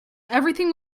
everything